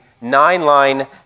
nine-line